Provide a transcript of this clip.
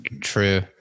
True